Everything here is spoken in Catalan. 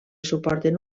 suporten